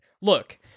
Look